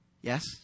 Yes